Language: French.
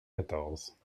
quatorze